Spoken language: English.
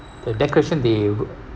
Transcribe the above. the decoration the re~